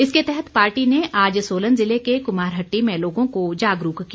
इसके तहत पार्टी ने आज सोलन ज़िले के कुमारहट्टी में लोगों को जागरूक किया